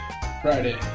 Friday